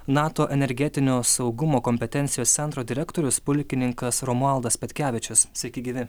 nato energetinio saugumo kompetencijos centro direktorius pulkininkas romualdas petkevičius sveiki gyvi